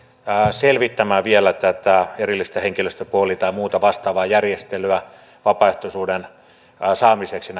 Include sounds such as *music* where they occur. selvittämään vielä tätä erillistä henkilöstöpoolia tai muuta vastaavaa järjestelyä vapaaehtoisuuden saamiseksi *unintelligible*